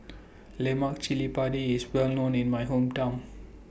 Lemak Cili Padi IS Well known in My Hometown